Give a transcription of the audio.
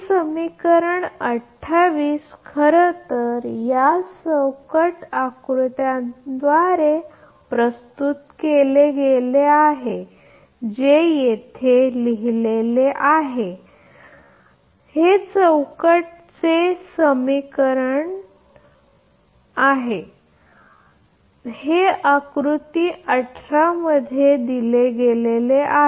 हे समीकरण 28 खरंतर या ब्लॉक आकृत्याद्वारे प्रस्तुत केले गेले आहे जे येथे लिहिलेले आहे की चे समीकरण 28 चे प्रतिनिधित्व करते हे आकृती 18 मध्ये दिले गेले आहे